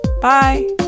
Bye